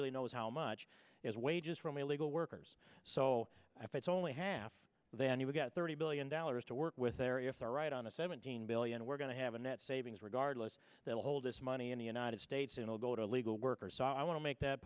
really knows how much is wages from illegal workers so if it's only half then you've got thirty billion dollars to work with there if they're right on the seventeen billion we're going to have a net savings regardless they will hold this money in the united states and will go to legal workers so i want to make that